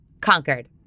conquered